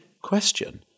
question